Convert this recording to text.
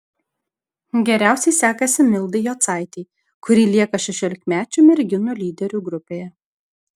geriausiai sekasi mildai jocaitei kuri lieka šešiolikmečių merginų lyderių grupėje